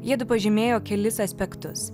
jiedu pažymėjo kelis aspektus